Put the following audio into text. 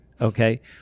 okay